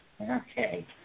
Okay